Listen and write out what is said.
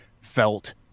felt